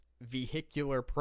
vehicular